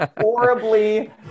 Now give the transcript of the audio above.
horribly